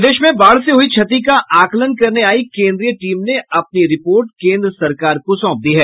प्रदेश में बाढ़ से हुई क्षति का आकलन करने आयी केन्द्रीय टीम ने अपनी रिपोर्ट केन्द्र सरकार को सौंप दी है